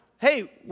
hey